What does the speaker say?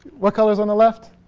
what goes on the left?